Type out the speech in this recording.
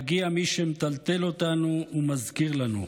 מגיע מי שמטלטל אותנו ומזכיר לנו.